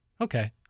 Okay